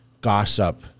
gossip